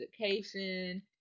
education